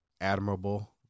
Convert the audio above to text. admirable